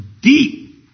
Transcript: deep